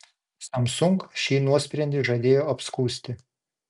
samsung šį nuosprendį žadėjo apskųsti